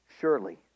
surely